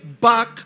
back